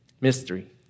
Mystery